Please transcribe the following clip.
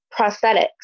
prosthetics